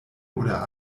oder